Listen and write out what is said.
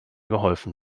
geholfen